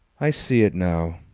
i see it now.